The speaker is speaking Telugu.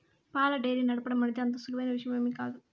పాల డెయిరీ నడపటం అనేది అంత సులువైన విషయమేమీ కాదు